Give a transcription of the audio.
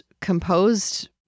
composed